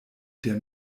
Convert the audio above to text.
der